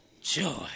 joy